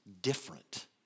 different